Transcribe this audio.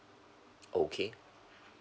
okay